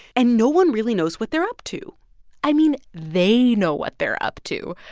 and no one really knows what they're up to i mean, they know what they're up to.